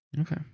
Okay